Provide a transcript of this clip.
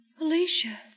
Alicia